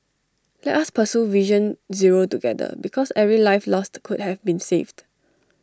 let us pursue vision zero together because every life lost could have been saved